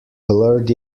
blurred